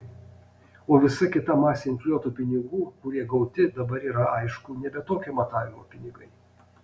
o visa kita masė infliuotų pinigų kurie gauti dabar yra aišku nebe tokio matavimo pinigai